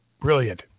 Brilliant